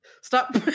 Stop